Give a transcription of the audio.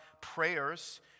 prayers